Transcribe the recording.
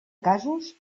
casos